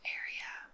area